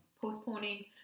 postponing